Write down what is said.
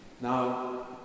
Now